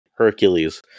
Hercules